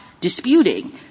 disputing